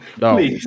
No